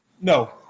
no